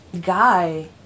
guy